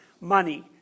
Money